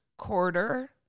quarter